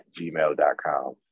gmail.com